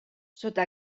sota